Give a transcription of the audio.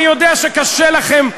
אני יודע שקשה לכם,